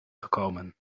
gekomen